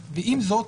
ועם זאת,